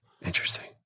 Interesting